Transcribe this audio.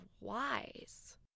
wise